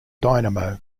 dynamo